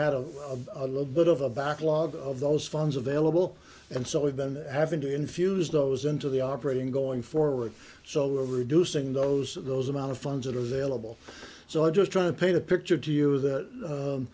had of a little bit of a backlog of those funds available and so we've been having to infuse those into the operating going forward so we're reducing those of those amount of funds that are available so i just try to paint a picture to you that